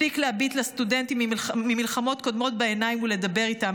מספיק להביט לסטודנטים ממלחמות קודמות בעיניים ולדבר איתם